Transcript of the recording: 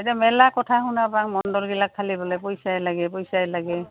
এতিয়া মেলা কথা শুনাপাং মণ্ডলগিলাক খালি বোলে পইচাই লাগে পইচাই লাগে